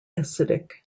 acidic